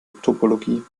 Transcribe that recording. topologie